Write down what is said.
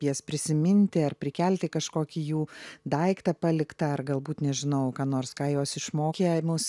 jas prisiminti ar prikelti kažkokį jų daiktą paliktą ar galbūt nežinau ką nors ką jos išmokė mus